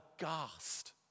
aghast